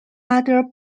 other